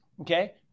okay